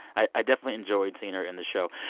i i definitely enjoyed seeing her in the show.